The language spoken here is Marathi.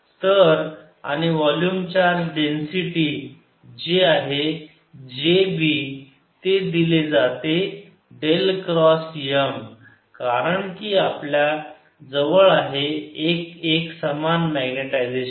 Kb Mn Mzz 0 तर आणि वोल्युम चार्ज डेन्सिटी जे आहे jb ते दिले जाते डेल क्रॉस M कारण की आपल्या जवळ आहे एक एक समान मॅग्नेटायजेशन